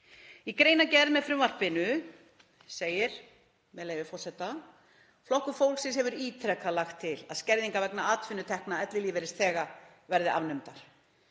Í greinargerð með frumvarpinu segir, með leyfi forseta: „Flokkur fólksins hefur ítrekað lagt til að skerðingar vegna atvinnutekna ellilífeyrisþega verði afnumdar.